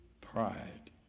Pride